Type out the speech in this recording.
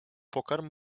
pokarm